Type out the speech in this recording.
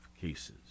cases